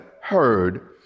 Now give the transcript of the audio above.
heard